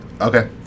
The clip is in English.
Okay